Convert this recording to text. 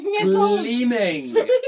gleaming